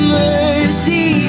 mercy